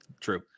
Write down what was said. True